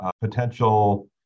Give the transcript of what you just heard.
potential